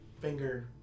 finger